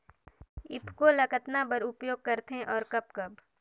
ईफको ल कतना बर उपयोग करथे और कब कब?